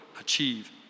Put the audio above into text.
achieve